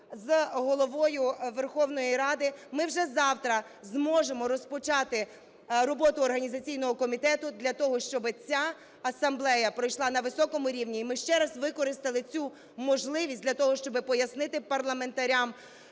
з Головою Верховної Ради ми вже завтра зможемо розпочати роботу організаційного комітету для того, щоб ця асамблея пройшла на високому рівні і ми ще раз використали цю можливість для того, щоб пояснити парламентарям